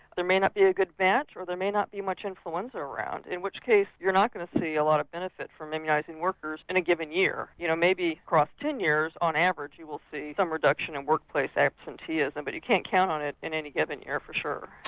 there may not be a good batch or there may not be much influenza around, in which case you are not going to see a lot of benefit from immunising workers in a given year. you know, maybe across ten years on average you will see some reduction in workplace absenteeism but you can't count on it in any given year for sure.